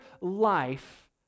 life